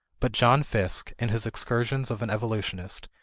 but john fiske, in his excursions of an evolutionist,